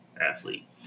athlete